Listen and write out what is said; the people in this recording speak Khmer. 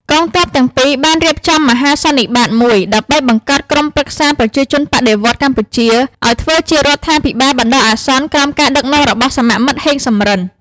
កងទ័ពទាំងពីរ បានរៀបចំមហាសន្និបាតមួយ ដើម្បីបង្កើតក្រុមប្រឹក្សាប្រជាជនបដិវត្តន៍កម្ពុជាឱ្យធ្វើជារដ្ឋាភិបាលបណ្តោះអាសន្នក្រោម ការដឹកនាំរបស់សមមិត្ត ហេង សំរិន។